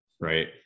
Right